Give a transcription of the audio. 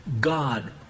God